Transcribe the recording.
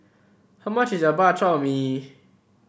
how much is a Bak Chor Mee